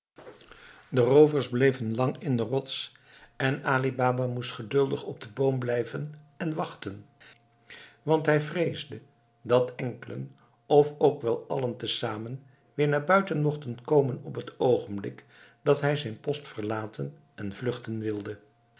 de roovers bleven lang in de rots en ali baba moest geduldig op den boom blijven en wachten want hij vreesde dat enkelen of ook wel allen tezamen weer naar buiten mochten komen op t oogenblik dat hij zijn post verlaten en vluchten wilde